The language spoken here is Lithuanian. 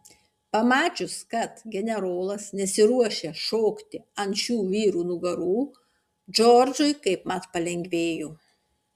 pamačius kad generolas nesiruošia šokti ant šių vyrų nugarų džordžui kaipmat palengvėjo